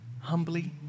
humbly